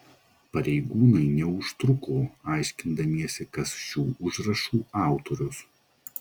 pareigūnai neužtruko aiškindamiesi kas šių užrašų autorius